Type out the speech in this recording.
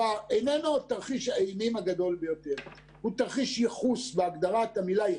לא להביא להתחדשות עירונית ולהביא להגדלת מספר הדירות,